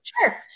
Sure